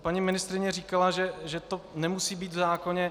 Paní ministryně říkala, že to nemusí být v zákoně.